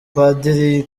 padiri